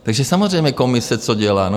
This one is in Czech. Takže samozřejmě Komise, co dělá?